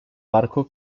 parco